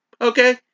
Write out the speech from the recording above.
Okay